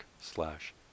slash